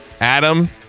Adam